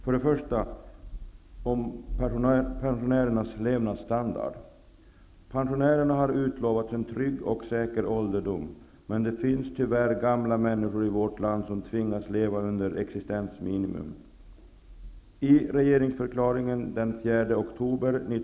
Först något om pensionärernas levnadsstandard. Pensionärerna har utlovats en trygg och säker ålderdom, men det finns tyvärr gamla människor i vårt land som tvingas leva under existensminimum.